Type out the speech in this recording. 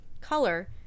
color